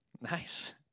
Nice